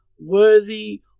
worthy